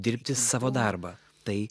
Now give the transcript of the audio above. dirbti savo darbą tai